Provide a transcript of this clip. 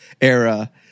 era